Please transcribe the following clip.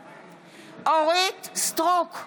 סטרוק,